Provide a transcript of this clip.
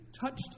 touched